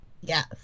yes